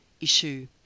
issue